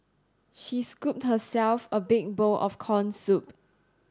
she scooped herself a big bowl of corn soup